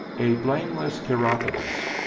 a blameless chiropodist,